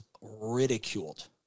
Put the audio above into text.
ridiculed